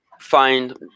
find